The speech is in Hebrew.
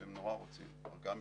אתם נורא רוצים ערכאה משפטית,